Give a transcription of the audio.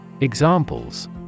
Examples